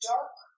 Dark